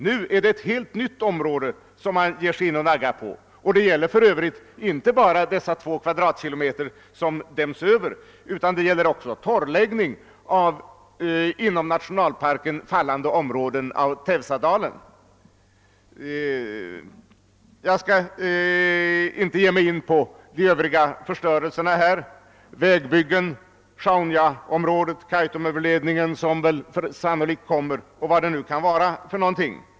Nu är det ett helt nytt område man börjat nagga på. För övrigt gäller det inte bara dessa 2 km? som däms över, utan det gäller också torrläggning av inom nationalparken fallande områden av Tensadalen. Jag skall inte ge mig in på de övriga förstörelserna, vägbyggena, Sjaunjaområdet, Kaitumöverledningen — som sannolikt kommer — och vad det nu kan vara.